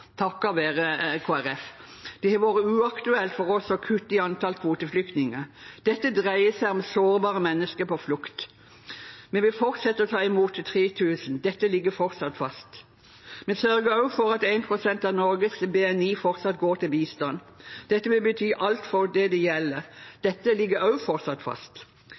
være Kristelig Folkeparti. Det har vært uaktuelt for oss å kutte i antall kvoteflyktninger. Det dreier seg om sårbare mennesker på flukt. Vi vil fortsette å ta imot 3 000. Det ligger fortsatt fast. Vi sørget også for at 1 pst. av Norges BNI fortsatt går til bistand. Det vil bety alt for dem det gjelder. Det ligger også fortsatt fast.